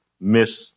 Miss